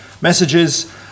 messages